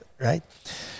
right